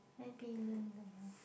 then <unk? don't know